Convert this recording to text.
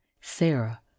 Sarah